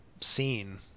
scene